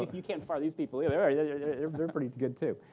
you can't fire these people, either. ah yeah yeah they're pretty good, too.